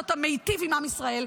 שאתה מיטיב עם עם ישראל,